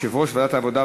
יושב-ראש ועדת העבודה,